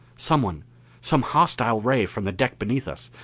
someone some hostile ray from the deck beneath us,